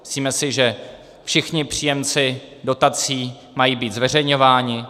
Myslíme si, že všichni příjemci dotací mají být zveřejňováni.